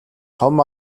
том